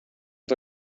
els